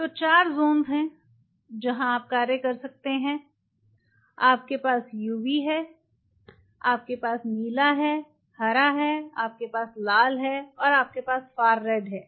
तो चार ज़ोन हैं जहां आप कार्य कर सकते हैं आपके पास यूवी है आपके पास नीला है हरा है आपके पास लाल है और आपके पास फार रेड है